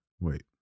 Wait